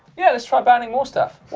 yeah, let's try banning more stuff.